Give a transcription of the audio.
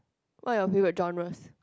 what are your favourite genres